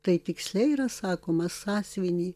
tai tiksliai yra sakoma sąsiuvinį